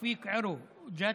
תאופיק ערו מג'ת,